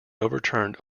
overturned